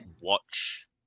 watch